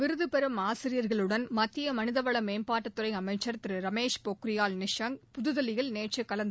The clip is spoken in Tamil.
விருது பெறும் ஆசிரியர்களுடன் மத்திய மனிதவள மேம்பாட்டுத் துறை அமைச்சா் திரு ரமேஷ் பொக்ரியால் நிஷாங்க் புது தில்லியில் நேற்று கலந்துரையாடினார்